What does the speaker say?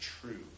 true